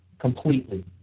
completely